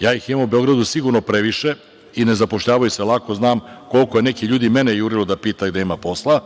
Ja ih imam u Beogradu sigurno previše, i ne zapošljavaju se lako, jer znam koliko je nekih ljudi mene pitalo gde ima posla,